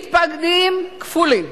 מתפקדים כפולים,